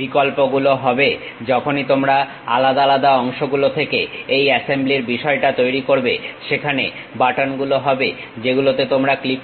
বিকল্প গুলো হবে যখনই তোমরা আলাদা আলাদা অংশগুলো থেকে এই অ্যাসেম্বলির বিষয়টা তৈরি করবে সেখানে বাটনগুলো হবে যেগুলোতে তোমরা ক্লিক করবে